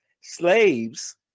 slaves